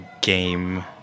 game